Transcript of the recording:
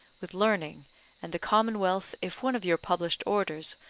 with learning and the commonwealth, if one of your published orders,